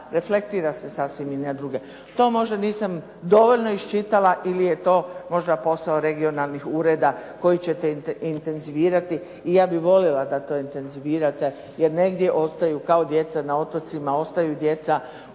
reflektira se sasvim i na druge. To možda nisam dovoljna iščita ili je to možda posao regionalnih ureda koje ćete intenzivirati i ja bih voljela da to intenvizirate jer negdje ostaju kao djeca na otocima, ostaju djeca na